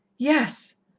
yes.